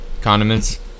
Condiments